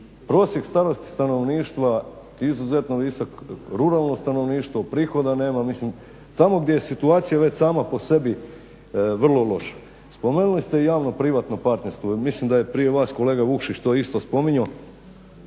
prosjek starosti stanovništva izuzetno visok, ruralno stanovništvo, prihoda nema, mislim tamo gdje je situacija već sama po sebi vrlo loša. Spomenuli ste i javno privatno partnerstvo, mislim da je prije vas kolega Vukšić to isto spominjao.